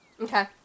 Okay